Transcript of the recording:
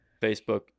Facebook